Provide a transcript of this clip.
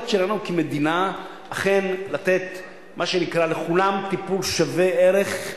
אז אחרי מאיר שטרית,